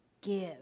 give